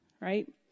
right